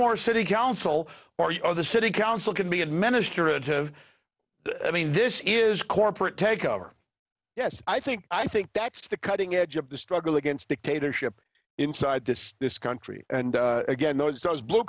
more city council or you or the city council can be administered to i mean this is corporate takeover yes i think i think that's the cutting edge of the struggle against dictatorship inside this country and again those those blue